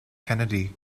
kennedy